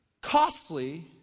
Costly